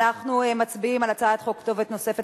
אנחנו מצביעים על הצעת חוק כתובת נוספת